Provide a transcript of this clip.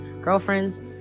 girlfriends